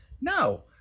no